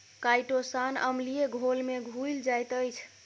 chitosan अम्लीय घोल में घुइल जाइत अछि